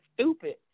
stupid